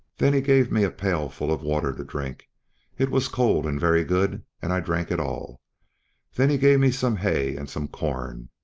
then he gave me a pail full of water to drink it was cold and very good, and i drank it all then he gave me some hay and some corn,